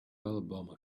alabama